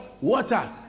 water